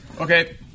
Okay